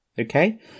Okay